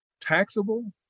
taxable